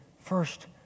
first